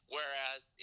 Whereas